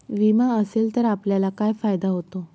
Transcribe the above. विमा असेल तर आपल्याला काय फायदा होतो?